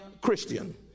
Christian